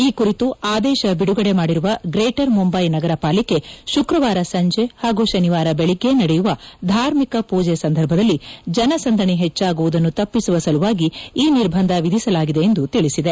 ಈ ಕುರಿತು ಆದೇಶ ಬಿಡುಗಡೆ ಮಾಡಿರುವ ಗ್ರೇಟರ್ ಮುಂಬ್ಲೆ ನಗರ ಪಾಲಿಕೆ ಶುಕ್ರವಾರ ಸಂಜೆ ಹಾಗೂ ಶನಿವಾರ ಬೆಳಗ್ಗೆ ನಡೆಯುವ ಧಾರ್ಮಿಕ ಪೂಜೆ ಸಂದರ್ಭದಲ್ಲಿ ಜನಸಂದಣಿ ಹೆಚ್ಚಾಗುವುದನ್ನು ತಪ್ಪಿಸುವ ಸಲುವಾಗಿ ಈ ನಿರ್ಬಂಧ ವಿಧಿಸಲಾಗಿದೆ ಎಂದು ತಿಳಿಸಿದೆ